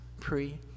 pray